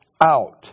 out